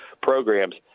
programs